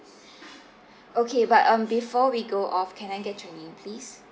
okay but um before we go off can I get your name please